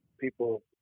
people